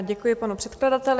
Děkuji panu předkladateli.